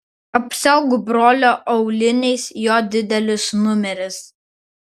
apsiauk brolio auliniais jo didelis numeris